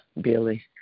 Billy